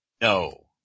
No